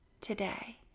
today